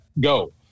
go